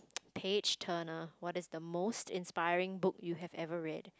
page turner what is the most inspiring book you have ever read